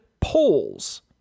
polls